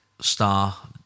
Star